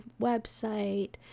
website